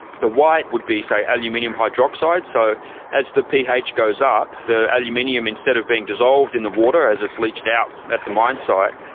the white would be, say, aluminium hydroxide, so as the ph goes up, the aluminium, instead of being dissolved in the water as it's leached out at the mine site,